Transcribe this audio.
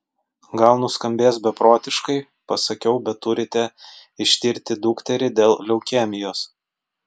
gal nuskambės beprotiškai pasakiau bet turite ištirti dukterį dėl leukemijos